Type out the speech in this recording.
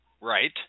right